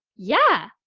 yeah,